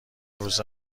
امروزه